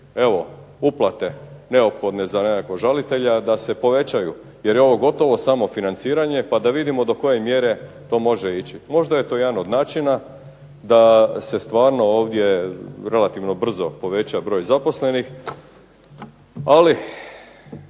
evo uplate neophodne za nekakvog žalitelja da se povećaju, jer je ovo gotovo samofinanciranje, pa da vidimo do koje mjere to može ići. Možda je to jedan od načina da se stvarno ovdje relativno brzo poveća broj zaposlenih. Ali